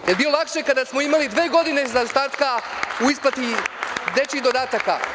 Da li je bilo lakše kada smo imali dve godine zaostatka u isplati dečjih dodataka?